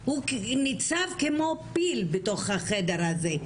הוא ניצב כמו פיל בתוך החדר הזה.